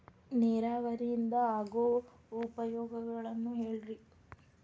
ನೇರಾವರಿಯಿಂದ ಆಗೋ ಉಪಯೋಗಗಳನ್ನು ಹೇಳ್ರಿ